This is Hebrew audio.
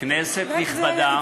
כנסת נכבדה,